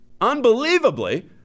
unbelievably